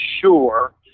sure